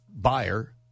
buyer –